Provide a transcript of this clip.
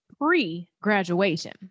pre-graduation